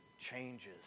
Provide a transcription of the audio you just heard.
changes